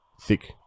thick